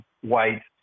white